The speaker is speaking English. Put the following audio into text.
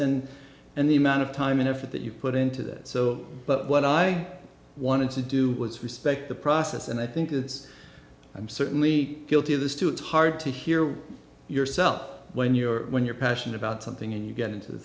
and and the amount of time and effort that you put into that so but what i wanted to do was respect the process and i think this i'm certainly guilty of this too it's hard to hear yourself when you're when you're passionate about something and you get into the